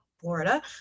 Florida